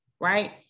right